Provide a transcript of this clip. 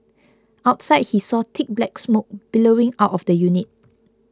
outside he saw thick black smoke billowing out of the unit